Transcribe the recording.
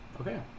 Okay